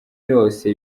yose